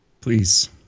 Please